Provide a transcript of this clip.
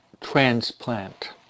transplant